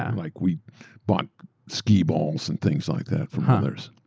and like we bought ski balls and things like that from others,